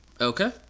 okay